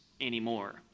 Anymore